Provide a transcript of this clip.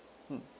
mm